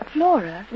Flora